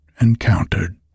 encountered